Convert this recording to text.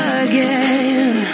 again